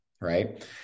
right